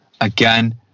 Again